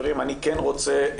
אני כן רוצה,